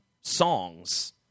songs